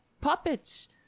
puppets